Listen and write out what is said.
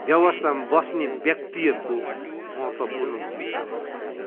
व्यवस्थामा बस्ने व्यक्तिहरूको महत्त्वपूर्ण भूमिका हुन्छ